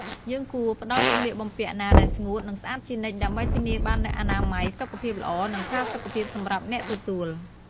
យើងគួរផ្ដល់សម្លៀកបំពាក់ណាដែលស្ងួត និងស្អាតជានិច្ច ដើម្បីធានាបាននូវអនាម័យ សុខភាពល្អ និងផាសុកភាពសម្រាប់អ្នកទទួល។